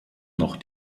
noch